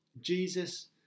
Jesus